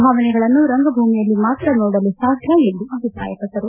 ಭಾವನೆಗಳನ್ನು ರಂಗಭೂಮಿಯಲ್ಲಿ ಮಾತ್ರ ನೋಡಲು ಸಾಧ್ಯ ಎಂದು ಅಭಿಪ್ರಾಯಪಟ್ಟರು